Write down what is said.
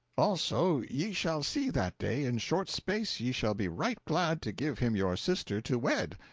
also ye shall see that day in short space ye shall be right glad to give him your sister to wed.